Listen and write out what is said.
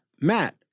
Matt